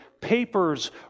papers